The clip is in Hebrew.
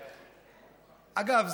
אגב,